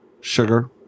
sugar